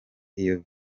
iyo